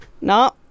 No